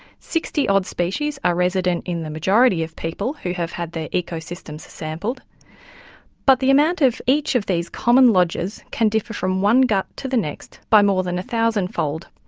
sixty-odd species are resident in the majority of people who have had their ecosystems sampled but the amount of each of these common lodgers can differ from one gut to the next by more than a thousandfold.